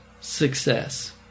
success